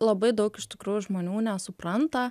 labai daug iš tikrųjų žmonių nesupranta